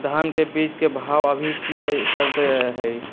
धान के बीज के भाव अभी की चलतई हई?